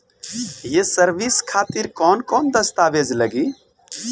ये सर्विस खातिर कौन कौन दस्तावेज लगी?